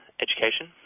education